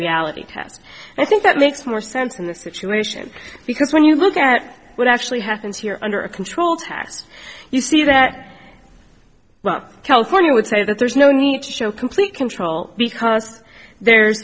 reality test i think that makes more sense in this situation because when you look at what actually happens here under a controlled tax you see that well california would say that there's no need to show complete control because there